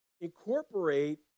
incorporate